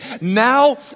now